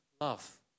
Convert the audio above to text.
love